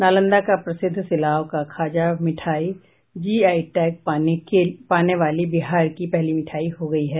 नालंदा का प्रसिद्ध सिलाव का खाजा मिठाई जीआई टैग पाने वाली बिहार की पहली मिठाई हो गयी है